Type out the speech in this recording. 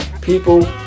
people